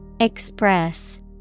Express